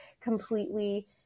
completely